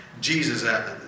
Jesus